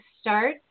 start